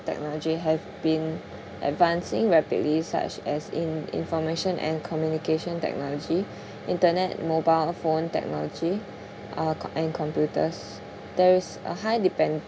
technology have been advancing rapidly such as in information and communication technology internet mobile phone technology uh co~ and computers there's a high dependency